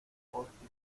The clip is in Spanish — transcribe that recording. porque